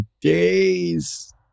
days